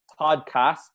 podcast